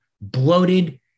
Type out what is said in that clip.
bloated